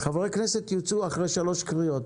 חברי כנסת יוצאו אחרי שלוש קריאות.